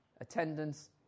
attendance